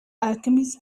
alchemist